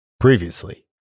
Previously